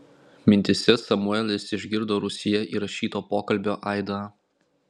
mintyse samuelis išgirdo rūsyje įrašyto pokalbio aidą